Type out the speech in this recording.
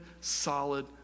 solid